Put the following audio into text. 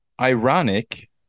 ironic